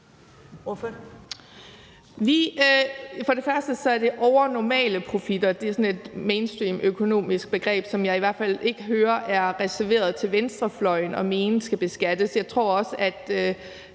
For det første hedder det overnormale profitter – det er sådan et mainstream økonomisk begreb, som jeg i hvert fald ikke hører er reserveret til venstrefløjen at mene skal beskattes.